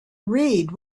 read